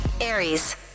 aries